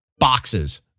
boxes